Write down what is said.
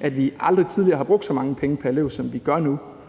at vi aldrig tidligere har brugt så mange penge pr. elev, som vi gør nu,